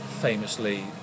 famously